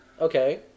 Okay